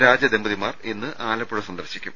രാജ ദമ്പതിമാർ ഇന്ന് ആലപ്പുഴ സന്ദർശിക്കും